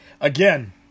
again